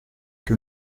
que